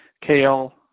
kale